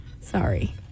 Sorry